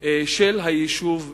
של היישוב תמרה.